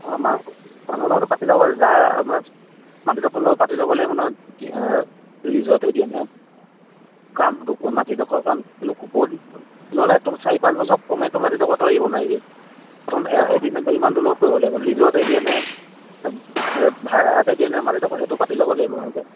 অঁ মানুহৰ লগতো পাতি ল'ব লাগিব যাৰ মানে মাটিডোখৰ লৈয়ো পাতি ল'ব লাগিব নহয় কি লিজতেই দিয়েনে কামটো মাটিডোখৰ কাৰণ ল'লে তোৰ চাৰি পাঁচ বছৰ কমেতো মাটিডোখৰ তই এৰিব নোৱাৰিবি প্ৰথম এগ্ৰীমেণ্টটো ইমানটোৰ লগ'ত কৰিব লাগিব লিজতেই দিয়ে নে কি ভাড়াতে দিয়ে নে মাটিডোখৰ সেইটোও পাতি ল'ব লাগিব ভালকৈ